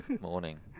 Morning